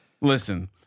Listen